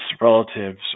relatives